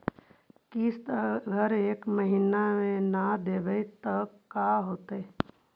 किस्त अगर एक महीना न देबै त का होतै?